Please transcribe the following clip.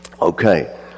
Okay